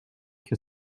que